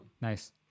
Nice